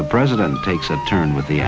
the president takes a turn with the